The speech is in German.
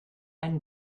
einen